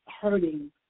hurting